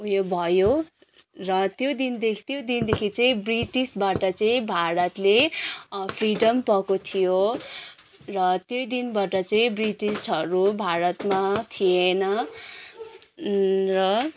उयो भयो र त्यो दिनदेखि त्यो दिनदेखि चाहिँ ब्रिटिसबाट चाहिँ भारतले फ्रिडम पाएको थियो र त्यो दिनबाट चाहिँ ब्रिटिसहरू भारतमा थिएन र